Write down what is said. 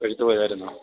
പഴുത്തുപോയായിരുന്നോ